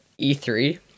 E3